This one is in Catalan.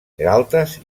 galtes